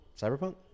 cyberpunk